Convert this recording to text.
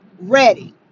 ready